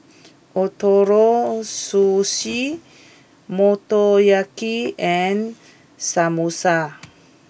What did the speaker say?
Ootoro Sushi Motoyaki and Samosa